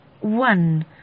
one